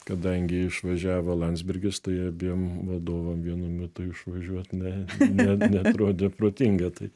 kadangi išvažiavo landsbergis tai abiem vadovam vienu metu išvažiuot ne ne ne neatrodė protinga tai